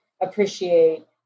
appreciate